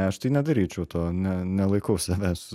aš tai nedaryčiau to ne nelaikau savęs